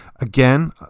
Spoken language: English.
again